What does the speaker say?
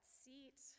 seat